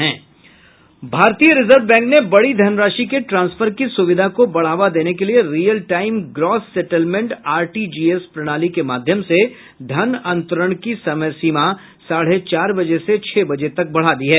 भारतीय reserve bank ने बड़ी धनराशि के ट्रांसफर की सुविधा को बढ़ावा देने के लिए real time gross settlement RTGS प्रणाली के माध्यम से धन अंतरण की समय सीमा साढ़े चार बजे से छह बजे तक बढ़ा दी है